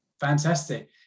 Fantastic